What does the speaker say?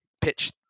pitch